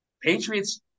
Patriots